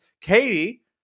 katie